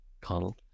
Connell